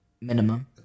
Minimum